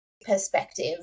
perspective